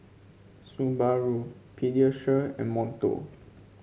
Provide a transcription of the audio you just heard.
Subaru Pediasure and Monto